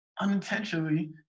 unintentionally